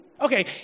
Okay